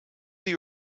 the